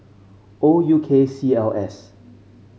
O U K C L S